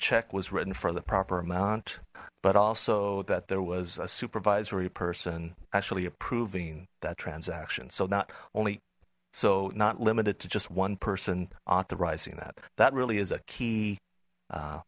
check was written for the proper amount but also that there was a supervisory person actually approving that transaction so not only so not limited to just one person authorizing that that really is a key